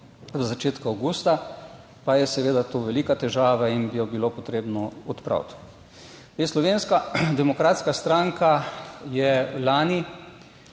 v začetku avgusta, pa je seveda to velika težava in bi jo bilo potrebno odpraviti. Zdaj, Slovenska demokratska stranka je lani,